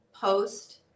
post